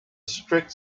strict